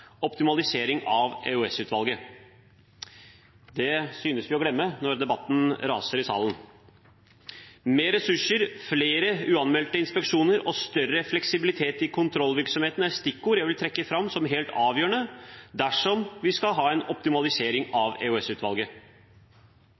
optimalisering av EOS-utvalget. Det synes vi å glemme når debatten raser i salen. Mer ressurser, flere uanmeldte inspeksjoner og større fleksibilitet i kontrollvirksomheten er stikkord jeg vil trekke fram som helt avgjørende dersom vi skal ha en optimalisering